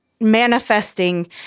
manifesting